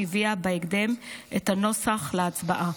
שהביאה בהקדם את הנוסח להצבעה.